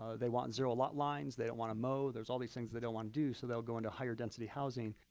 they want zero lot lines. they don't want to mow. there's all these things they don't want to do. so they'll go into higher density housing.